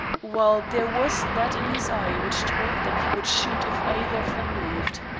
while there was that in his eye which told them he would shoot if either of them moved.